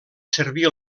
servir